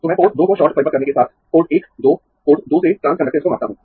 तो मैं पोर्ट दो को शॉर्ट परिपथ करने के साथ पोर्ट 1 2 पोर्ट दो से ट्रांस कंडक्टेन्स को मापता हूं